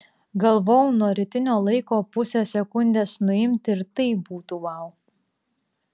galvojau nuo rytinio laiko pusę sekundės nuimti ir tai būtų vau